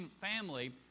family